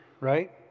right